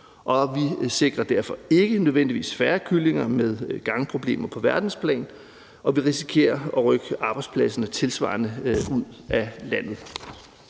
Vi sikrer derfor ikke nødvendigvis færre kyllinger med gangproblemer på verdensplan, og vi risikerer tilsvarende at rykke arbejdspladserne ud af landet.